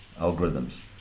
algorithms